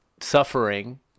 suffering